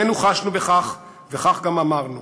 שנינו חשנו בכך, וכך גם אמרנו.